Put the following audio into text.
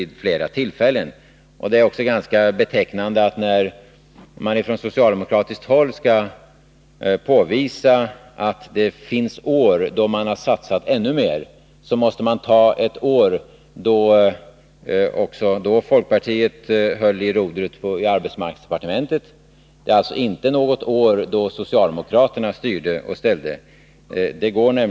Det är också ganska betecknande att man, när man på socialdemokratiskt håll vill påvisa att det satsas ännu mer under vissa år, måste välja år då folkpartiet höll i rodret i arbetsmarknadsdepartementet — alltså inte något år när socialdemokraterna styrde och ställde.